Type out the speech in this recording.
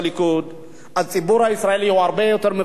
הציבור הישראלי הרבה יותר מפוכח משר